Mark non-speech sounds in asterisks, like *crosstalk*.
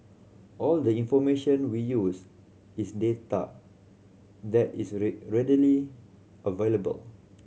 all the information we use is data that is *unintelligible* readily available